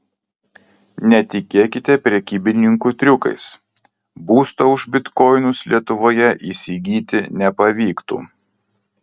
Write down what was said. netikėkite prekybininkų triukais būsto už bitkoinus lietuvoje įsigyti nepavyktų